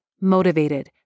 motivated